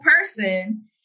person